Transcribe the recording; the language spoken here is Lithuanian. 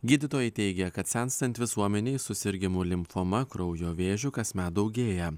gydytojai teigia kad senstant visuomenei susirgimų limfoma kraujo vėžiu kasmet daugėja